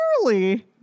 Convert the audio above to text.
clearly